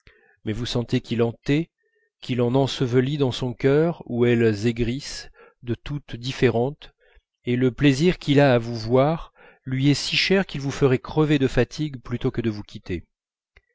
mais vous sentez qu'il en tait qu'il en ensevelit dans son cœur où elles aigrissent de toutes différentes et le plaisir qu'il a à vous voir lui est si cher qu'il vous ferait crever de fatigue plutôt que de vous quitter